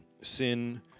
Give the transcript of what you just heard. sin